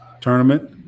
tournament